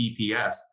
EPS